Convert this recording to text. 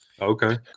Okay